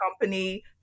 company